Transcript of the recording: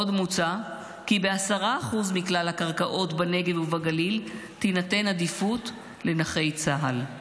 עוד מוצע כי ב-10% מכלל הקרקעות בנגב ובגליל תינתן עדיפות לנכי צה"ל.